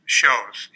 shows